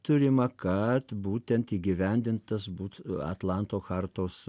turima kad būtent įgyvendintas būtų atlanto chartos